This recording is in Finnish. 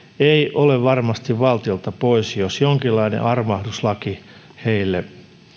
ei ole varmasti valtiolta pois jos jonkinlainen armahduslaki heille